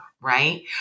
right